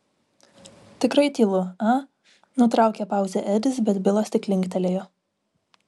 tikrai tylu a nutraukė pauzę edis bet bilas tik linktelėjo